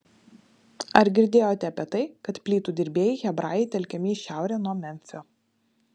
ar girdėjote apie tai kad plytų dirbėjai hebrajai telkiami į šiaurę nuo memfio